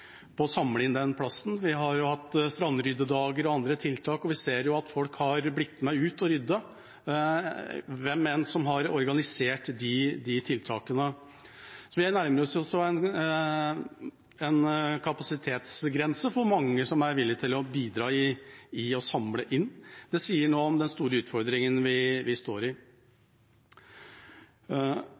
å samle inn denne plasten. Vi har hatt strandryddedager og andre tiltak, og vi ser at folk har blitt med ut og ryddet, hvem det enn er som har organisert disse tiltakene. Så vi nærmer oss jo en kapasitetsgrense for hvor mange som er villig til å bidra til å samle inn. Det sier noe om den store utfordringen vi står i.